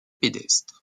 pédestres